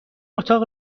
اتاق